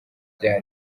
bya